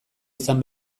izan